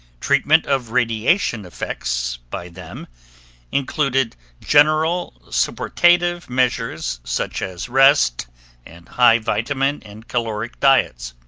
treatment of radiation effects by them included general supportative measures such as rest and high vitamin and caloric diets.